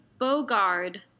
Bogard